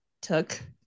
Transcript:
took